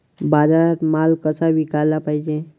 बाजारात माल कसा विकाले पायजे?